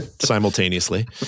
simultaneously